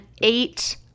eight